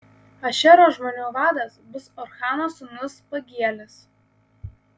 ašero žmonių vadas bus ochrano sūnus pagielis